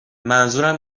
منظورم